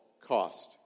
cost